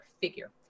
figure